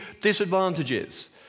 disadvantages